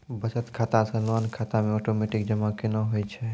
बचत खाता से लोन खाता मे ओटोमेटिक जमा केना होय छै?